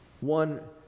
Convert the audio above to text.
One